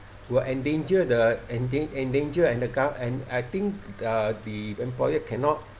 will endanger the endan~ endanger and the ga~ and I think uh the employer cannot